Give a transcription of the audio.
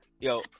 yo